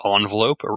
envelope